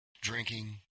Drinking